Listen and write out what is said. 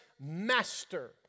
master